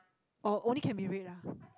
orh only can be red ah